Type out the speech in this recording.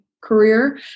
career